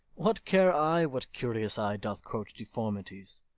what care i what curious eye doth quote deformities?